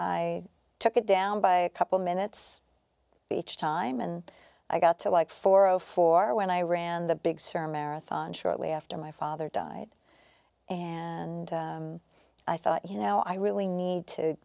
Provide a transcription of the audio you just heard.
i took it down by a couple minutes each time and i got to like four o four when i ran the big sur marathon shortly after my father died and i thought you know i really need to